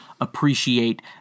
appreciate